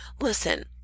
listen